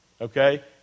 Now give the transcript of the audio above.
Okay